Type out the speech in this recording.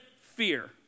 fear